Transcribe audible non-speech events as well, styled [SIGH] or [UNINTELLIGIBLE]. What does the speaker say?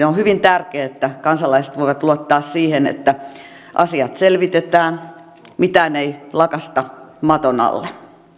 [UNINTELLIGIBLE] on hyvin tärkeää että kansalaiset voivat luottaa siihen että asiat selvitetään ja mitään ei lakaista maton alle